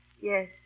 Yes